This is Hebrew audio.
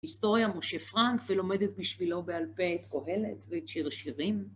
היסטוריה משה פרנק, ולומדת בשבילו בעל פה את קהלת ואת שיר השירים.